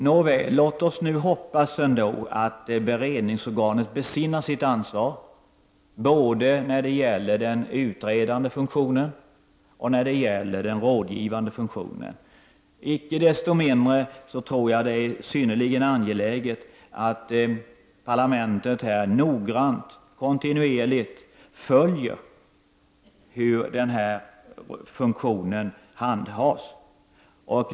Nåväl, låt oss hoppas ändå att beredningsorganet besinnar sitt ansvar både när det gäller den utredande funktionen och när det gäller den rådgivande funktionen. Icke desto mindre tror jag att det är synnerligen angeläget att parlamentet noggrant kontinuerligt följer hur denna funktion handhas.